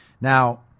Now